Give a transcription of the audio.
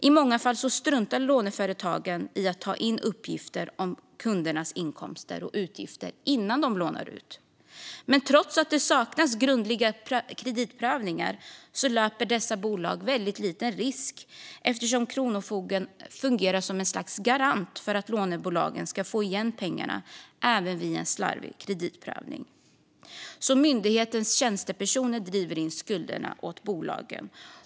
I många fall struntar låneföretagen i att ta in uppgifter om kundernas inkomster och utgifter innan de lånar ut. Men trots att det saknas grundliga kreditprövningar löper dessa bolag väldigt liten risk, eftersom Kronofogden fungerar som ett slags garant för att lånebolagen ska få igen pengarna även vid en slarvig kreditprövning. Myndighetens tjänstepersoner driver alltså in skulderna åt bolagen.